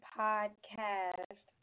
podcast